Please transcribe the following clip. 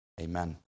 Amen